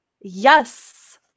Yes